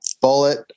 Bullet